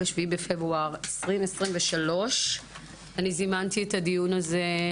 7 בפברואר 2023. אני זימנתי את הדיון הזה,